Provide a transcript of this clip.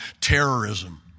terrorism